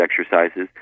exercises